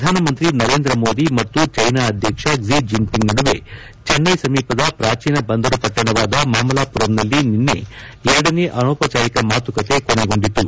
ಪ್ರಧಾನಮಂತ್ರಿ ನರೇಂದ್ರ ಮೋದಿ ಮತ್ತು ಚೀನಾ ಅಧ್ಯಕ್ಷ ಕ್ಷಿ ಜಿನ್ಪಿಂಗ್ ನಡುವೆ ಚೆನ್ನೈ ಸಮೀಪದ ಪ್ರಾಚೀನ ಬಂದರು ಪಟ್ಟಣವಾದ ಮಮಲಾಪುರಂನಲ್ಲಿ ನಿನ್ನೆ ಎರಡನೇ ಅನೌಪಚಾರಿಕ ಮಾತುಕತೆ ಕೊನೆಗೊಂಡಿತು